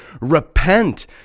Repent